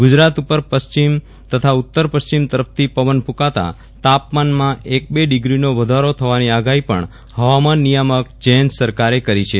ગૃજરાત ઉપર પશ્ચિમ તથા ઉત્તર પશ્ચિમ તરફથી પવન ફૂંકાતા તાપમાનમાં એક બે ડિગ્રીનો વધારો થવાની આગાહી પણ હવામાન નિયામક જયંત સરકારે કરી છે